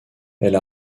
elle